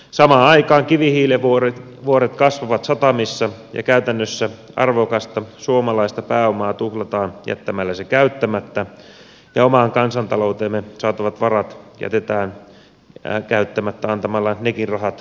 samaan aikaan kivihiilivuoret kasvavat satamissa ja käytännössä arvokasta suomalaista pääomaa tuhlataan jättämällä se käyttämättä ja omaan kansantalouteemme saatavat varat jätetään käyttämättä antamalla nekin rahat ulkomaille